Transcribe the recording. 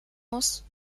muss